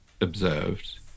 observed